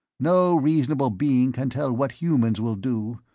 no reasonable being can tell what humans will do,